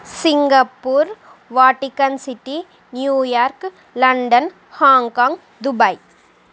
Singapore Vatican city New York London Hong Kong Dubai